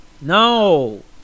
No